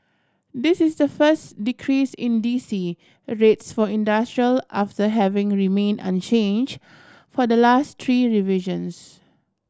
this is the first decrease in D C a rates for industrial after having remain unchange for the last three revisions